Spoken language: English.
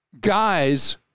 guys